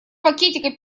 пакетика